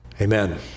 Amen